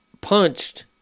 punched